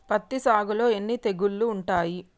పత్తి సాగులో ఎన్ని తెగుళ్లు ఉంటాయి?